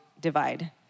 divide